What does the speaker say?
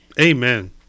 Amen